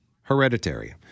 hereditary